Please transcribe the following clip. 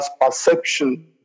perception